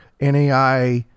NAI